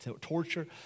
torture